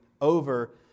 over